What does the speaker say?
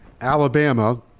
Alabama